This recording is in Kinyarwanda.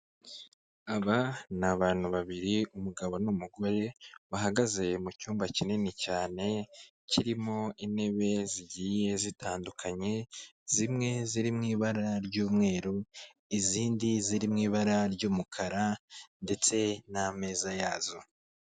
Aba ni abantu babiri umugabo n'umugore bahagaze mu cyumba kinini cyane kirimo intebe zigiye zitandukanye, zimwe ziri mu ibara ry'umweru izindi ziri mu ibara ry'umukara ndetse n'ameza yazo.